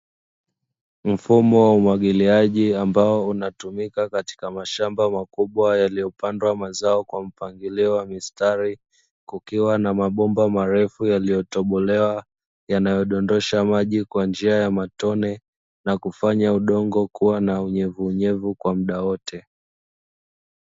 Mfumo wa umwagiliaji ambao unatumika katika mashamba makubwa yaliyopandwa mazao kwa mpangilio wa mistari, kukiwa na mabomba marefu yaliyotobolewa yanayodondosha maji kwa njia ya matone na kufanya udongo kuwa na unyevunyevu kwa muda wote.